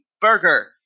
burger